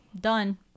Done